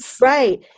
Right